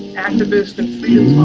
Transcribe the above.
activist, and